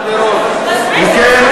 לשנות